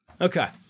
Okay